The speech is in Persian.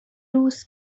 روز